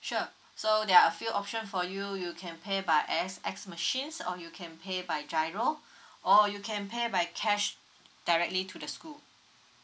sure so there are a few option for you you can pay by asx machines or you can pay by giro or you can pay by cash directly to the school